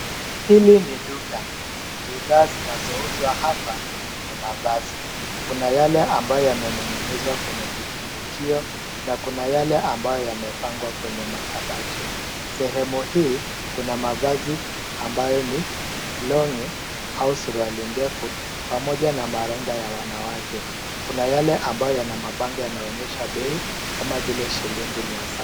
Hili ni duka. Bidhaa zinazouzwa hapa ni mavazi. Kuna yale ambayo yamening'inizwa kwenye kitundukio na kuna yale ambayo yamepangwa kwenye makabati. Sehemu hii, kuna mavazi ambayo ni longi au suruali ndefu pamoja na marinda ya wanawake. Kuna yale ambayo yana mabango yanaonesha bei kama vile shilingi mia saba.